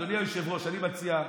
אדוני היושב-ראש, אני מציע,